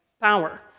power